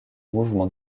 mouvements